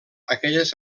aquelles